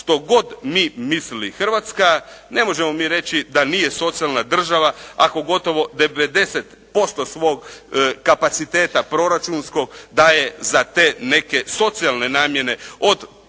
što god mi mislili Hrvatska ne možemo mi reći da nije socijalna država, ako gotovo 90% svog kapaciteta proračunskog daje za te neke socijalne namjene,